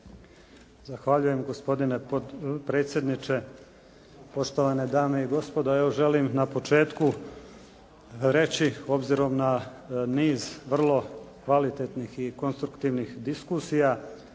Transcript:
Zahvaljujem. Gospodine potpredsjedniče, poštovane dame i gospodo. Evo, želim na početku reći obzirom na niz vrlo kvalitetnih i konstruktivnih diskusija